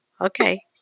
Okay